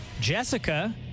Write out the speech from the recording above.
Jessica